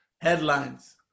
Headlines